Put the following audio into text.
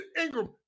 Ingram